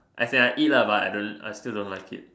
as in I eat lah but I don't I still don't like it